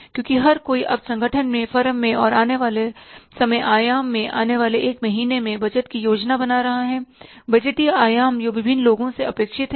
क्योंकि हर कोई अब संगठन में फर्म में और आने वाले समय आयाम में आने वाले एक महीने में बजट की योजना बना रहा है बजटीय आयाम जो विभिन्न लोगों से अपेक्षित है